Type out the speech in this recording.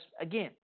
again